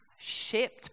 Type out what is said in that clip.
shaped